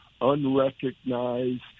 unrecognized